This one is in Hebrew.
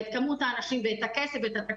את מספר האנשים ואת התקציב.